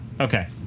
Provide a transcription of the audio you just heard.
Okay